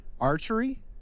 Archery